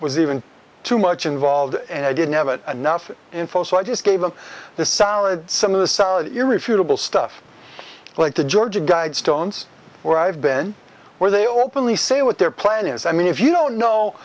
was even too much involved and i didn't have a anough info so i just gave him the salad some of the solid irrefutable stuff like the georgia guidestones where i've been where they openly say what their plan is i mean if you don't know